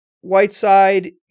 Whiteside